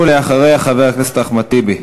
ואחריה, חבר הכנסת אחמד טיבי.